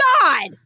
God